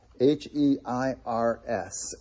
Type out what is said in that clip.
H-E-I-R-S